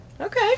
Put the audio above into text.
Okay